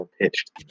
pitched